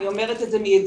אני אומרת את זה מידיעה.